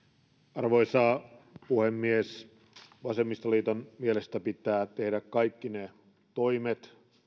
arvoisa puhemies vasemmistoliiton mielestä pitää tehdä kaikki ne toimet